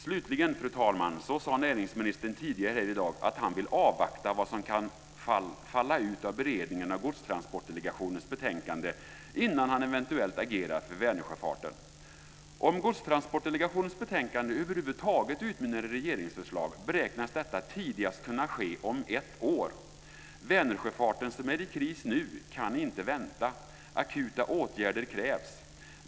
Slutligen, fru talman, sade näringsministern tidigare här i dag att han vill avvakta vad som kan falla ut av beredningen av Godstransportdelegationens betänkande innan han eventuellt agerar för Vänersjöfarten. Om Godstransportdelegationens betänkande över huvud taget utmynnar i regeringsförslag beräknas detta tidigast kunna ske om ett år. Vänersjöfarten, som är i kris nu, kan inte vänta. Akuta åtgärder krävs.